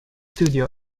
studio